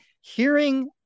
hearing